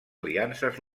aliances